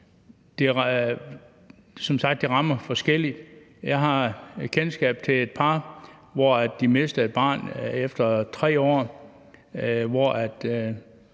sagt rammer forskelligt. Jeg har kendskab til et par, som mistede et barn, da det var 3 år,